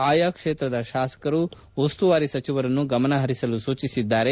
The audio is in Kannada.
ಆಯಾ ಕ್ಷೇತ್ರದ ಶಾಸಕರು ಉಸ್ತುವಾರಿ ಸಚಿವರನ್ನು ಗಮನ ಪರಿಸಲು ಸೂಚಿಸಿದ್ದಾರೆ